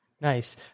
nice